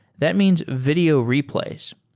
that means video replays.